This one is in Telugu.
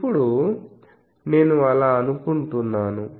ఇప్పుడు నేను అలా అనుకుంటున్నాను